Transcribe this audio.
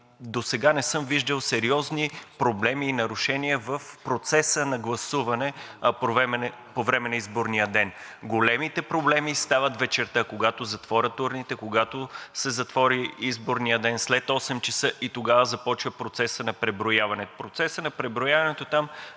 досега не съм виждал сериозни проблеми и нарушения в процеса на гласуване по време на изборния ден. Големите проблеми стават вечерта, когато затворят урните, когато се затвори изборният ден, след 20,00 ч., и тогава започва процесът на преброяване.